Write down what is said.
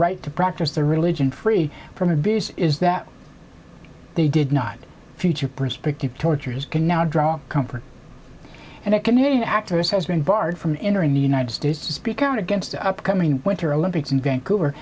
right to practice their religion free from abuse is that they did not future prospective torturers can now draw comfort and a canadian actress has been barred from entering the united states to speak out against the upcoming winter olympics in vancouver